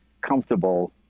comfortable